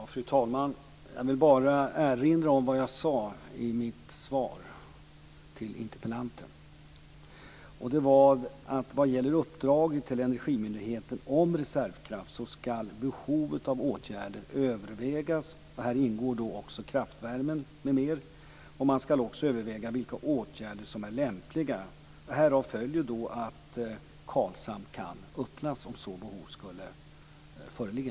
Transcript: Fru talman! Jag vill bara erinra om vad jag sade i mitt svar till interpellanten. Jag sade att när det gäller uppdraget till energimyndigheten om reservkraft skall behov av åtgärder övervägas. Här ingår då också kraftvärmen m.m. Man skall också överväga vilka åtgärder som är lämpliga. Härav följer då att Karlshamn kan öppnas om behov skulle föreligga.